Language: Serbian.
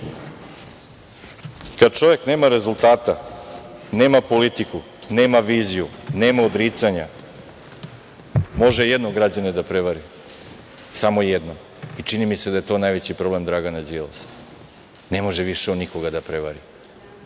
čovek nema rezultata, nema politiku, nema viziju, nema odricanja, može jednog građanina da prevari, samo jednom i čini mi se da je to najveći problem Dragana Đilasa. Ne može on više nikoga ga prevari,